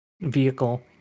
vehicle